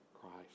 Christ